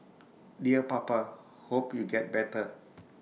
dear papa hope you get better